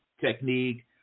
Technique